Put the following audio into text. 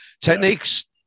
techniques